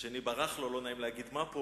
השני ברח לו, ולא נעים להגיד כאן מה.